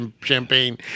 champagne